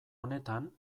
honetan